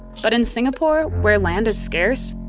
but in singapore where land is scarce,